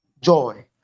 joy